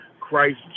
Christ